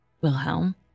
Wilhelm